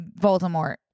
Voldemort